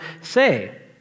say